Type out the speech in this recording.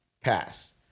pass